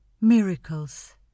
Miracles